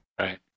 Right